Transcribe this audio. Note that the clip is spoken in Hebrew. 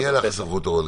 מי הלך לסמכות תורנית?